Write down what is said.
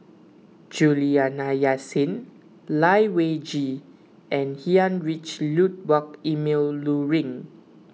Juliana Yasin Lai Weijie and Heinrich Ludwig Emil Luering